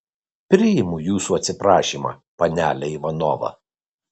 priimu jūsų atsiprašymą panele ivanova